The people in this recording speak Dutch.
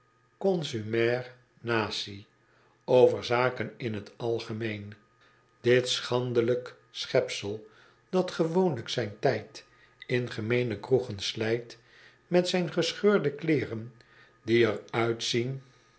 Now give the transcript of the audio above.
nati over zaken in t algemeen dit schandelijk schepsel dat gewoonlijk zijn tijd in gemeene kroegen slijt met zijn gescheurde kleeren die er uitzien